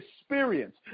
experience